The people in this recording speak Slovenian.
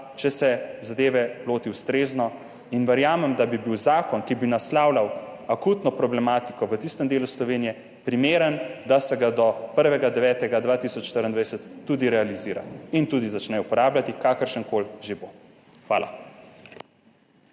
če se zadeve loti ustrezno. Verjamem, da bi bil zakon, ki bi naslavljal akutno problematiko v tistem delu Slovenije, primeren, da se ga do 1. 9. 2024 tudi realizira in začne uporabljati, kakršenkoli že bo. Hvala.